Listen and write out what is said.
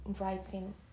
writing